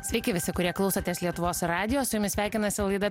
sveiki visi kurie klausotės lietuvos radijo su jumis sveikinasi laida